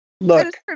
look